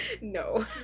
No